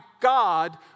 God